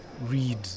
Read